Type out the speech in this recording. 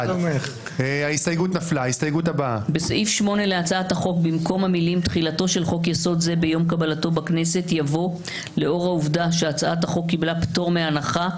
1 ההסתייגות מס' 5 של קבוצת סיעת יש עתיד לא נתקבלה.